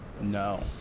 No